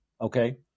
okay